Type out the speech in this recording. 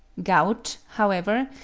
gout, however,